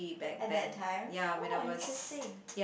at that time oh interesting